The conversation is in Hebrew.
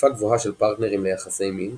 תחלופה גבוהה של פרטנרים ליחסי מין,